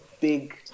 big